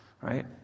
right